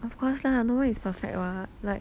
of course lah nobody is perfect [what] like